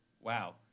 Wow